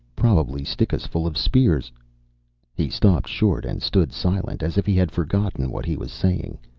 probably stick us full of spears he stopped short and stood silent, as if he had forgotten what he was saying,